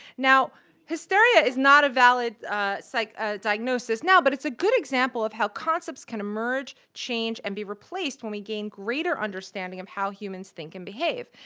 now hysteria is not a valid so like ah diagnosis now, but it's a good example of how concepts can emerge, change, and be replaced when we gain greater understanding of how humans think and behave.